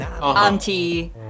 auntie